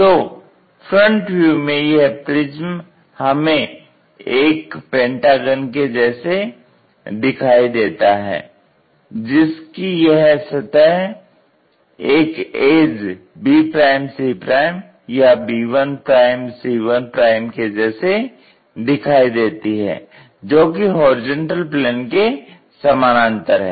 तो front view में यह प्रिज्म हमें एक पेंटागन के जैसे दिखाई देता है जिसकी यह सतह एक एज bc या b1c1 के जैसे दिखाई देती है जो कि होरिजेंटल प्लेन के समानांतर है